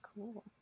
cool